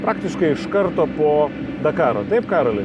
praktiškai iš karto po dakaro taip karoli